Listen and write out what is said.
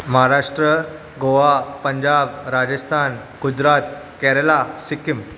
Maharashtra Goa Punjab Rajasthan Gujarat Kerala Sikkim